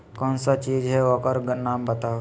कौन सा चीज है ओकर नाम बताऊ?